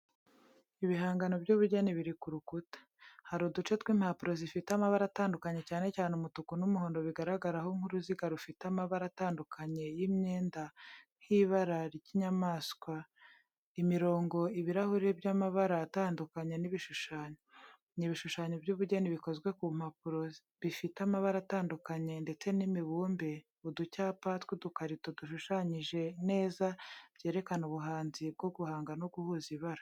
Ibihangano by’ubugeni biri ku rukuta. Hari uduce tw’impapuro zifite amabara atandukanye, cyane cyane umutuku n’umuhondo, bigaragaraho nk'uruziga rufite amabara atandukanye y’imyenda nk'ibara ry’inyamanswa, imirongo, ibirahure by’amabara atandukanye, n’ibishushanyo. Ni ibishushanyo by’ubugeni bikozwe ku mpapuro bifite amabara atandukanye ndetse n’imibumbe uducyapa tw’udukarito dushushanyije neza byerekana ubuhanzi bwo guhanga no guhuza ibara.